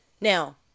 now